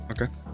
Okay